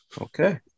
Okay